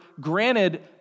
granted